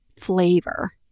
flavor